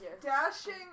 dashing